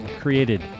created